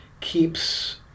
keeps